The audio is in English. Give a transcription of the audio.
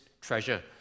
treasure